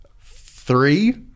Three